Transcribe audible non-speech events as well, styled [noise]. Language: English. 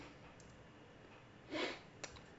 [breath] [noise]